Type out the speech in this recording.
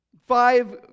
Five